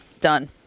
Done